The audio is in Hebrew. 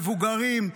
מבוגרים,